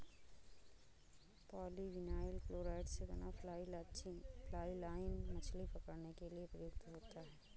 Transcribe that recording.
polyvinyl chloride से बना fly line मछली पकड़ने के लिए प्रयुक्त होता है